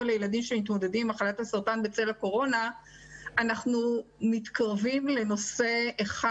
לילדים שמתמודדים עם מחלת הסרטן בצל הקורונה אנחנו מתקרבים לנושא אחד